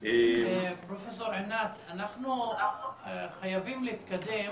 פרופ' עינת, אנחנו חייבים להתקדם